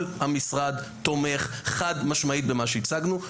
כל המשרד תומך חד-משמעית במה שהצגנו.